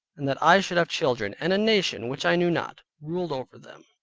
and that i should have children, and a nation which i knew not, ruled over them.